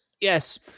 Yes